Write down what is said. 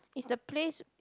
is the place